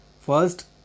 First